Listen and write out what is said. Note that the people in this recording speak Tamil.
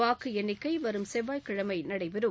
வாக்கு எண்ணிக்கை வரும் செவ்வாய்க்கிழமை நடைபெறும்